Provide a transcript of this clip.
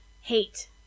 hate